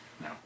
No